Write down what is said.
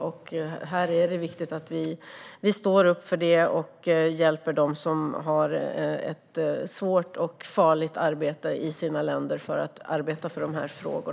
Det är viktigt att vi står upp för dessa värden och hjälper dem som har ett svårt och farligt arbete i sina länder i dessa frågor.